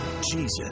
Jesus